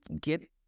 get